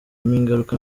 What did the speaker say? ingaruka